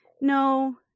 No